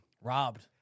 Robbed